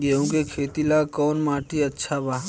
गेहूं के खेती ला कौन माटी अच्छा बा?